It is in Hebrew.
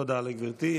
תודה לגברתי.